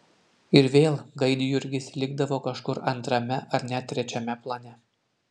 ir vėl gaidjurgis likdavo kažkur antrame ar net trečiame plane